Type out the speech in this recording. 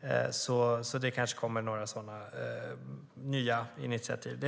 Det kanske alltså kommer nya initiativ.